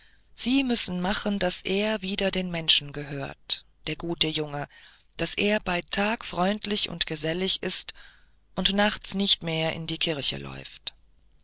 sie müssen machen daß er wieder den menschen angehört der gute junge daß er bei tag freundlich und gesellig ist und nachts nicht mehr in die kirche läuft